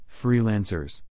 Freelancers